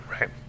right